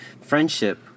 friendship